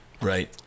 right